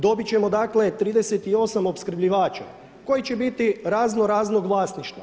Dobit ćemo 38 opskrbljivača koji će biti raznoraznog vlasništva.